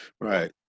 Right